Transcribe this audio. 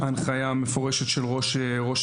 ההנחיה המפורשת של ראש